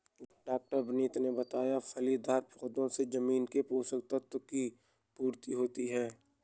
डॉ विनीत ने बताया फलीदार पौधों से जमीन के पोशक तत्व की पूर्ति होती है